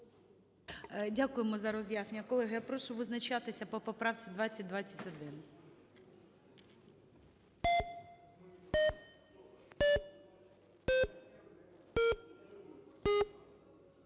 Дякуємо за роз'яснення. Колеги, я прошу визначатися по поправці 2021.